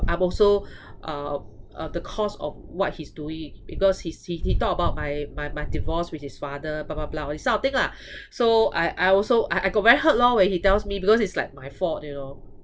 I'm also uh uh the cause of what he's doing because he's he he talk about my my my divorce with his father blah blah blah all this type of thing lah so I I also I I got very hurt lor when he tells me because it's like my fault you know